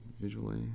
visually